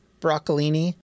broccolini